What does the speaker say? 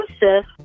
Joseph